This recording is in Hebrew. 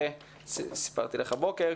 סיפרתי לך הבוקר,